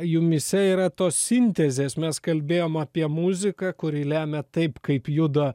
jumyse yra tos sintezės mes kalbėjom apie muziką kuri lemia taip kaip juda